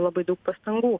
labai daug pastangų